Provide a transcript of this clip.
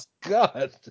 God